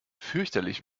fürchterlich